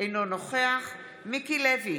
אינו נוכח מיקי לוי,